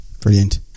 brilliant